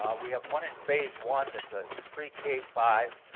we have one in phase one that's a pre k five,